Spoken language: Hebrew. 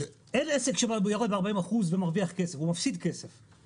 אין עסק שיורד ב-40% ומרוויח כסף, הוא מפסיד כסף.